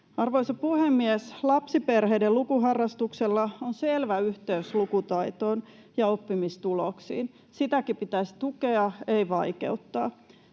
Arvoisa puhemies! Lapsiperheiden lukuharrastuksella on selvä yhteys lukutaitoon ja oppimistuloksiin. Sitäkin pitäisi tukea, ei vaikeuttaa.